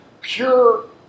pure